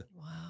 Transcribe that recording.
Wow